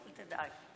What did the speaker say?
אמרתי משהו